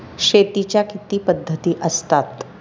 शेतीच्या किती पद्धती असतात?